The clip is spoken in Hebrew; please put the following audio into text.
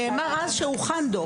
נאמר אז שהוכן דוח.